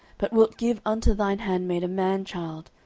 but wilt give unto thine handmaid a man child,